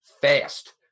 fast